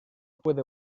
puede